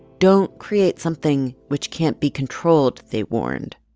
don't create something which can't be controlled, they warned.